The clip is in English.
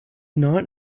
not